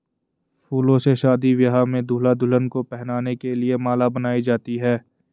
फूलों से शादी ब्याह में दूल्हा दुल्हन को पहनाने के लिए माला बनाई जाती है